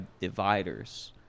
dividers